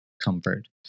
comfort